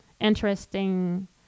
interesting